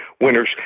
winners